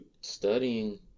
Studying